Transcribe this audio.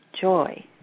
joy